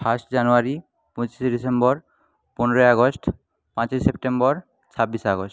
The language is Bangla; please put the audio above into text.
ফার্স্ট জানুয়ারি পঁচিশে ডিসেম্বর পনেরোই আগস্ট পাঁচই সেপ্টেম্বর ছাব্বিশে আগস্ট